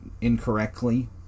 incorrectly